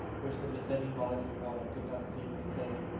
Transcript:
which the descending volumes of water did not seem to stay.